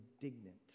indignant